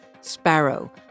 Sparrow